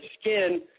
skin